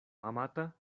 amata